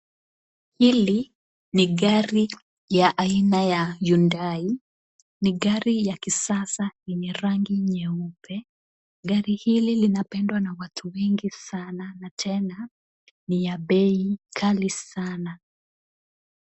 Hili ni gari ya aina ya Hyundai, ni gari ya kisasa yenye rangi nyeupe. Gari hili linapendwa na watu wengi sana na tena ni ya bei ghali sana,